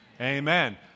Amen